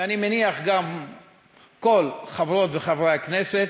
ואני מניח שגם כל חברות וחברי הכנסת,